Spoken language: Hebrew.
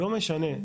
לא משנה,